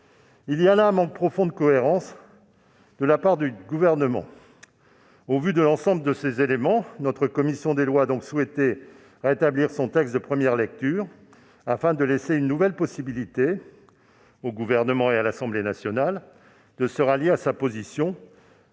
Il y a là un manque profond de cohérence de la part du Gouvernement. Au vu de l'ensemble de ces éléments, la commission des lois a donc souhaité rétablir son texte de première lecture, afin de laisser une nouvelle possibilité au Gouvernement et à l'Assemblée nationale de se rallier à sa position,